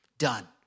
done